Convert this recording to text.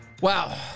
Wow